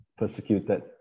Persecuted